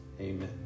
Amen